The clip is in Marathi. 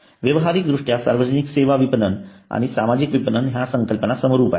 व्यावहारिकदृष्ट्या सार्वजनिक सेवा विपणन आणि सामाजिक विपणन ह्या संकल्पना समरूप आहेत